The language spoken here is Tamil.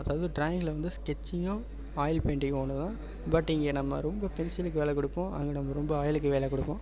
அதாவது ட்ராயிங்கில் வந்து ஸ்கெட்ச்சிங்கும் ஆயில் பெயிண்டிங்கும் ஒன்று தான் பட் இங்கே நம்ம ரொம்ப பென்சிலுக்கு வேலை கொடுப்போம் அங்கே நம்ம ரொம்ப ஆயிலுக்கு வேலை கொடுப்போம்